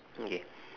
okay